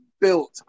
built